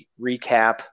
recap